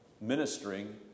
ministering